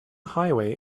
highway